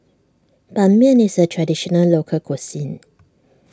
Ban Mian is a Traditional Local Cuisine